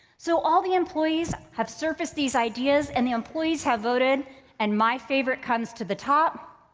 so, all the employees have surfaced these ideas, and the employees have voted and my favorite comes to the top.